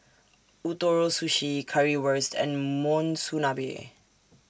Ootoro Sushi Currywurst and Monsunabe